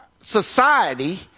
society